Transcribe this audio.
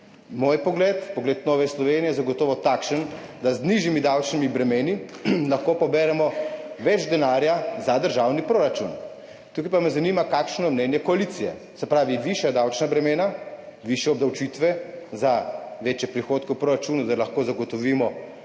Moj pogled, pogled Nove Slovenije je zagotovo takšen, da z nižjimi davčnimi bremeni lahko poberemo več denarja za državni proračun. Tukaj pa me zanima: Kakšno je mnenje koalicije o davčni reformi? Se pravi, višja davčna bremena, višje obdavčitve za večje prihodke v proračunu, da lahko zagotovimo